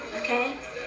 okay